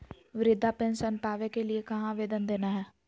वृद्धा पेंसन पावे के लिए कहा आवेदन देना है?